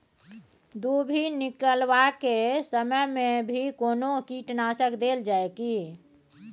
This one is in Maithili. दुभी निकलबाक के समय मे भी कोनो कीटनाशक देल जाय की?